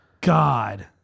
God